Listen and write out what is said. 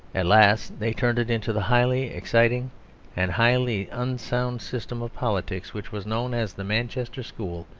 at last they turned it into the highly exciting and highly unsound system of politics, which was known as the manchester school,